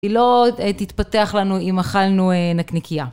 היא לא תתפתח לנו אם אכלנו נקניקיה.